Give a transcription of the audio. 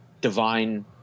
divine